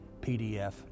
PDF